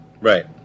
Right